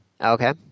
Okay